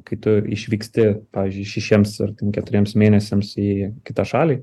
kai tu išvyksti pavyzdžiui šešiems ar keturiems mėnesiams į kitą šalį